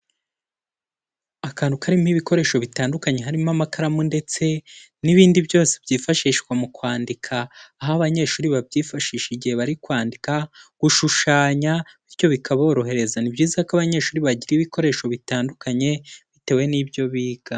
Akantu karimo ibikoresho bitandukanye harimo amakaramu ndetse n'ibindi byose byifashishwa mu kwandika, aho abanyeshuri babyifashisha igihe bari kwandika, gushushanya bityo bikaborohereza, ni byiza ko abanyeshuri bagira ibikoresho bitandukanye bitewe n'ibyo biga.